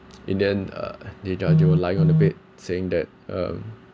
and then uh they just lying on the bed saying that um